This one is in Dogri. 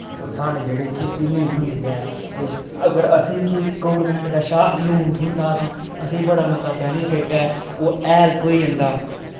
साढ़े जेह्ड़ी खेती नेईं होंदी ऐ ते अगर असें गी गौरमैंट कशा लोन थ्होंदा तां असें बड़ा मता बैनिफिट ऐ ओह् हैल थ्होई जंदा